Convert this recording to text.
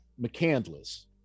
McCandless